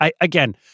Again